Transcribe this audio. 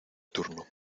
turno